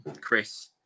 Chris